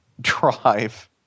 drive –